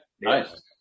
Nice